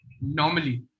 normally